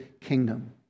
kingdom